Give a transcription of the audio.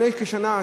לפני כשנה,